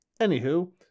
Anywho